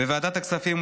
בוועדת העלייה,